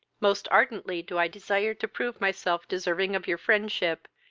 most ardently do i desire to prove myself deserving of your friendship,